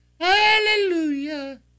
Hallelujah